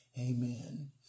Amen